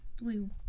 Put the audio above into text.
blue